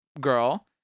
girl